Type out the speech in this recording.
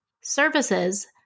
services